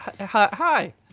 hi